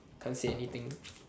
can't say anything